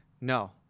No